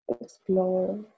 explore